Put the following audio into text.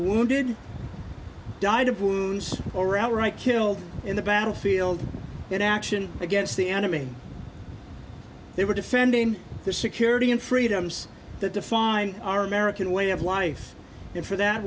wounded died of wounds or outright killed in the battlefield in action against the enemy they were defending the security and freedoms that define our american way of life and for that